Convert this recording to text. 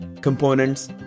components